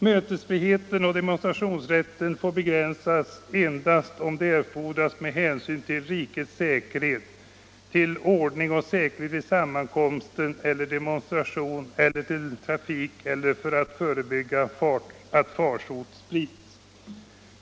Mötesfriheten och demonstrationsrätten får begränsas endast om det erfordras med hänsyn till rikets säkerhet, till ordning och säkerhet vid sammankomsten eller demonstrationen eller till trafiken eller för att förebygga att farsot sprids.